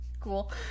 Cool